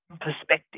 perspective